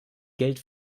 geld